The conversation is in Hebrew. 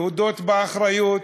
להודות באחריות,